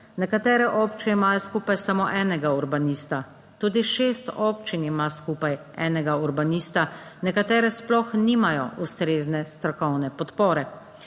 Nekatere občine imajo skupaj samo enega urbanista, tudi šest občin ima skupaj enega urbanista, nekatere sploh nimajo ustrezne strokovne podpore.